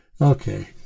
Okay